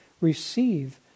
receive